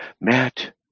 Matt